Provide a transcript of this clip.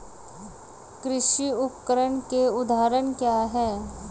कृषि उपकरण के उदाहरण क्या हैं?